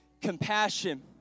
compassion